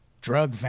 drug